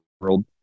world